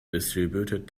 distributed